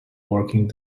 working